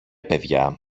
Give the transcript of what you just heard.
παιδιά